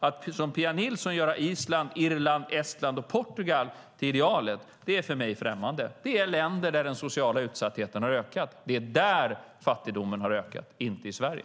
Att som Pia Nilsson göra Island, Irland, Estland och Portugal till idealet är för mig främmande. Det är länder där den sociala utsattheten har ökat. Det är där fattigdomen har ökat, inte i Sverige.